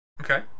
Okay